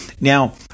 now